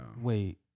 Wait